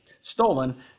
stolen